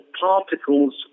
particles